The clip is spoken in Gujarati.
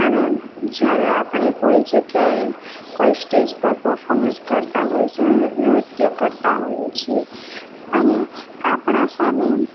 અને જ્યારે આપણે કોઈ જગ્યાએ કોઈ સ્ટેજ પર પર્ફોમન્સ કરતાં હોઈએ છે અને નૃત્ય કરતાં હોઈએ છીએ અને આપણા સામે